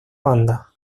banda